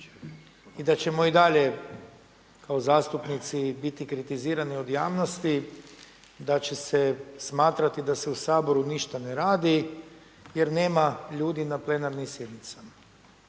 I da ćemo i dalje kao zastupnici biti kritizirani od javnosti, da će se smatrati da se u Saboru ništa ne radi jer nema ljudi na plenarnim sjednicama.